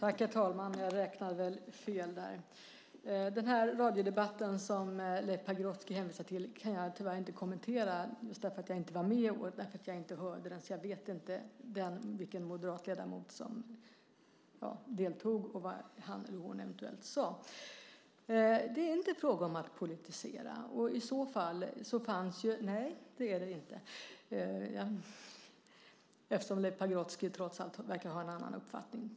Herr talman! Den radiodebatt som Leif Pagrotsky hänvisar till kan jag tyvärr inte kommentera. Jag var inte med och hörde inte den, så jag vet inte vilken moderat ledamot som deltog och vad han eller hon eventuellt sade. Det är inte fråga om att politisera. Leif Pagrotsky verkar ha en annan uppfattning.